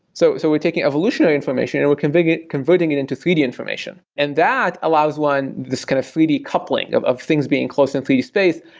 so so we're taking evolutionary information and we're converting it converting it into three d information. and that allows this kind of three d coupling of of things being close in three d space.